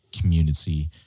community